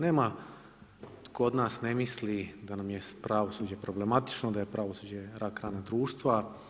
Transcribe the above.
Nema tko od nas ne misli da nam je pravosuđe problematično, da je pravosuđe rak rana društva.